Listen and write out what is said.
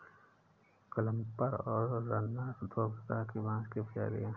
clumper और runner दो प्रकार की बाँस की प्रजातियाँ हैं